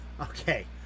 okay